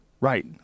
Right